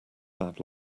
bad